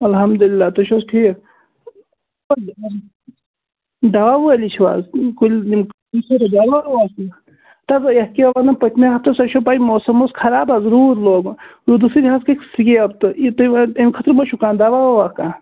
اَلحمدُ لِلہ تُہۍ چھِو حظ ٹھیٖک دَوا وٲلی چھِو حظ کُلۍ یِم دواہ وواہ کیٚنٛہہ تَوے یتھ کیٛاہ وَنان پٔتۍمہِ ہَفتہٕ تۅہہِ چھَو پیی موسم اوس خَراب حظ روٗد لوگُن روٗدٕ سۭتۍ حظ کھٔتۍ سِکیپ تہٕ یہِ تُہۍ وۅنۍ اَمہِ خٲطرٕ ما چھُو کانٛہہ دَوا وَوا کانٛہہ